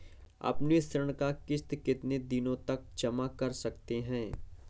अपनी ऋण का किश्त कितनी दिनों तक जमा कर सकते हैं?